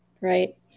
Right